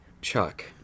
Chuck